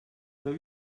pas